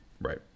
Right